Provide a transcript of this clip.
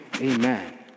Amen